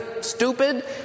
stupid